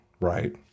right